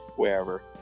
wherever